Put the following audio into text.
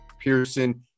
Pearson